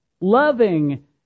Loving